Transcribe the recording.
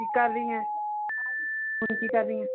ਕੀ ਕਰ ਰਹੀ ਐਂ ਹੁਣ ਕੀ ਕਰ ਰਹੀ ਐਂ